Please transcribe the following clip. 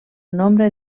nombre